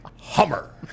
Hummer